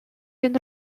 він